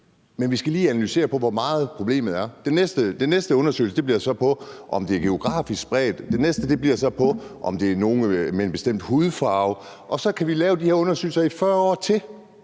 men vi skal lige analysere, hvor stort problemet er. Den næste undersøgelse bliver så af, om det er geografisk spredt, og den næste igen af, om det er nogle med en bestemt hudfarve. Og så kan vi lave de her undersøgelser i 40 år